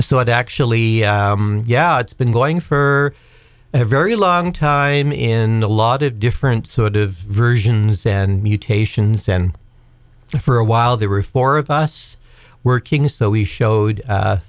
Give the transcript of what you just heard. so it actually yeah it's been going for a very long time in a lot of different sort of versions and mutations and for a while there were four of us working so we showed